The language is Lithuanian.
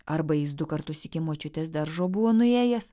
arba jis du kartus iki močiutės daržo buvo nuėjęs